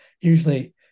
usually